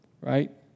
right